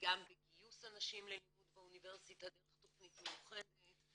גם בגיוס אנשים ללימוד באוניברסיטה דרך תכנית מיוחדת,